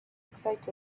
excited